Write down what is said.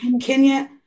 Kenya